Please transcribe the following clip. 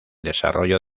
desarrollo